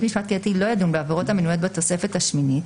בית משפט קהילתי לא ידון בעבירות המנויות בתוספת השמינית,